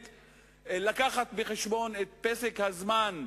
לקחת בחשבון את פסק הזמן,